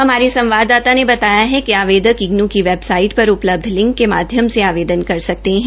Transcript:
हमारी संवाददाता ने बताया है कि आवेदक इग्नू की वेबसाइट पर उपलब्ध लिंक के माध्यम से आवेदन कर सकते हैं